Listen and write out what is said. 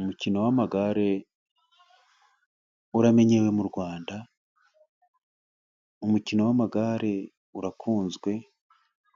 Umukino w'amagare uramenyewe mu Rwanda, umukino w'amagare urakunzwe.